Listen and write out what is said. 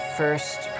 first